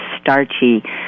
starchy